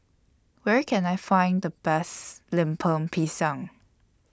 Where Can I Find The Best Lemper Pisang